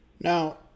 Now